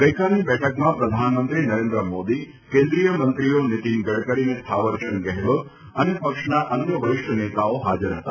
ગઇકાલની બેઠકમાં પ્રધાનમંત્રી નરેન્દ્ર મોદી કેન્દ્રીય મંત્રીઓ નિતીન ગડકરી અને થાવરચંદ ગહેલોત અને પક્ષના અન્ય વરિષ્ઠ નેતાઓ હાજર હતા